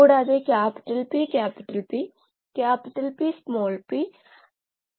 ഇതാണ് ഇംപെല്ലർ ഇത് impeller shaft impeller ബ്ലേഡുകൾ